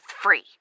free